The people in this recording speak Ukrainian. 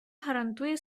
гарантує